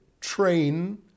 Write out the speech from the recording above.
train